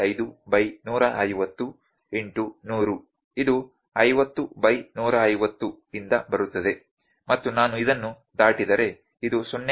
5 by 150 into 100 ಇದು 50 by 150 ಯಿಂದ ಬರುತ್ತದೆ ಮತ್ತು ನಾನು ಇದನ್ನು ದಾಟಿದರೆ ಇದು 0